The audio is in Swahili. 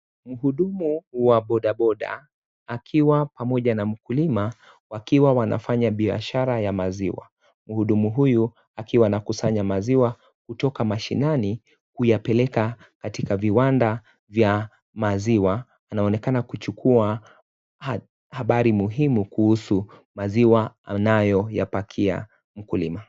Mhudumu wa bodaboda, akiwa pamoja na mkulima wakiwa wanafanya biashara ya maziwa. Mhudumu huyu, akiwa anakusanya maziwa kutoka mashinani kuyapeleka katika viwanda vya maziwa. Anaonekana kuchukua habari muhimu kuhusu maziwa anayoyapakia mkulima.